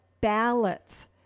ballots